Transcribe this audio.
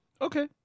Okay